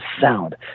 sound